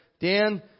Dan